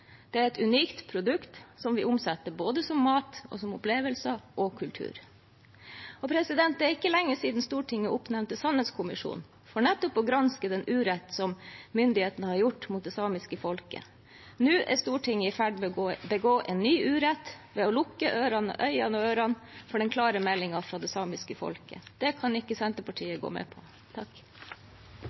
Det er et unikt produkt som vi omsetter både som mat, opplevelser og kultur. Det er ikke lenge siden Stortinget oppnevnte sannhetskommisjonen, for nettopp å granske den urett som myndighetene har gjort mot det samiske folket. Nå er Stortinget i ferd med å begå en ny urett ved å lukke øynene og ørene for den klare meldingen fra det samiske folket. Det kan ikke Senterpartiet gå med på.